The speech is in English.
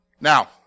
Now